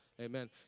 Amen